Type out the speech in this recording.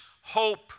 hope